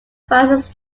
francis